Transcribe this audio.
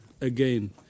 again